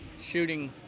shooting